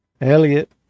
Elliot